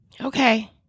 Okay